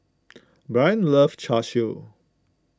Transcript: Blain loves Char Siu